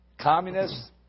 Communists